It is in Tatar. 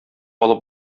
алып